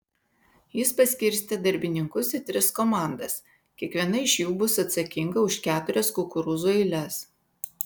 jis paskirstė darbininkus į tris komandas kiekviena iš jų bus atsakinga už keturias kukurūzų eiles